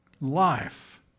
life